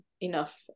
enough